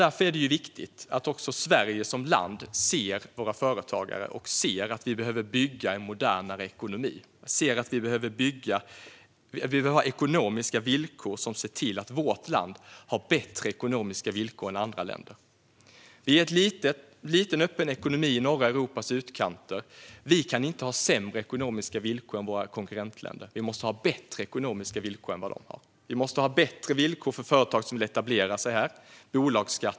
Därför är det viktigt att också Sverige som land ser våra företagare, ser att vi behöver bygga en modernare ekonomi och ser att vi behöver ha ekonomiska villkor som ser till att vårt land har bättre ekonomiska villkor än andra länder. Vi är en liten och öppen ekonomi i norra Europas utkanter. Vi kan inte ha sämre ekonomiska villkor än våra konkurrentländer. Vi måste ha bättre ekonomiska villkor än vad de har. Vi måste ha bättre villkor och bolagsskatter för företag som vill etablera sig här.